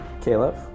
Caleb